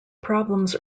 problems